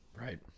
Right